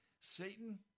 Satan